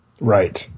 Right